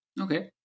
Okay